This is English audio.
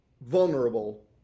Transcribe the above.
vulnerable